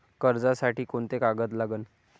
कर्जसाठी कोंते कागद लागन?